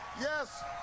Yes